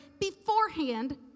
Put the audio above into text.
beforehand